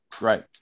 right